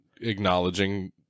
acknowledging